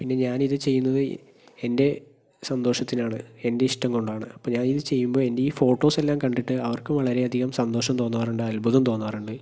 പിന്നെ ഞാൻ ഇത് ചെയ്യുന്നത് എൻ്റെ സന്തോഷത്തിനാണ് എൻ്റെ ഇഷ്ടം കൊണ്ടാണ് അപ്പം ഞാൻ ഇത് ചെയ്യുമ്പോൾ എൻ്റെ ഈ ഫോട്ടോസ് എല്ലാം കണ്ടിട്ട് ആർക്കും വളരെ അധികം സന്തോഷം തോന്നാറുണ്ട് അത്ഭുതം തോന്നാറുണ്ട്